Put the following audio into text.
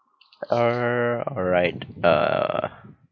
err alright uh